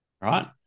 Right